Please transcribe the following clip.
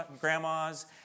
grandmas